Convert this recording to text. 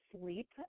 sleep